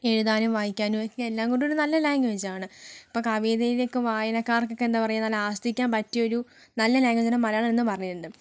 എഴുതാനും വായിക്കാനും ഒക്കെ എല്ലാം കൊണ്ടും ഒരു നല്ല ലാംഗ്വേജ് ആണ് ഇപ്പം കവിതയൊക്കെ വായനക്കാർക്കൊക്കെ എന്താണ് പറയുക നല്ല ആസ്വദിക്കാൻ പറ്റിയ ഒരു നല്ല ലാംഗ്വേജ് ആണ് മലയാളം എന്നുപറയുന്നത്